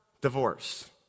divorce